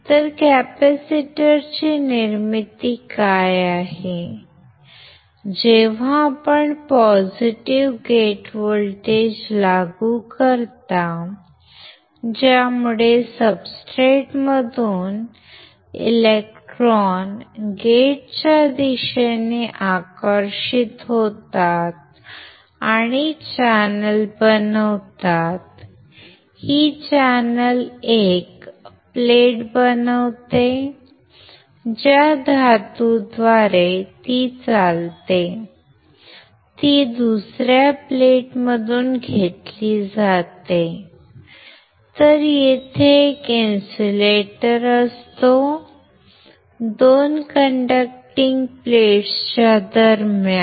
तर कॅपेसिटरची निर्मिती आहे जेव्हा आपण पॉझिटिव्ह गेट व्होल्टेज लागू करता ज्यामुळे सब्सट्रेटमधून इलेक्ट्रॉन गेटच्या दिशेने आकर्षित होतात आणि चॅनेल बनवतात ही चॅनेल 1 प्लेट बनवते ज्या धातूद्वारे ती चालते ती दुसऱ्या प्लेटमधून घेतली जाते तर तेथे एक इन्सुलेटर असतो 2 कंडक्टिंग प्लेट्स दरम्यान